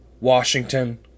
Washington